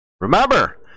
Remember